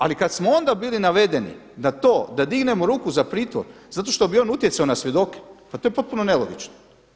Ali kada smo onda bili navedeni na to da dignemo ruku za pritvor zato što bi on utjecao na svjedoke, pa to je potpuno nelogično.